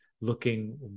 looking